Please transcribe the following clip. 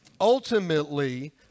Ultimately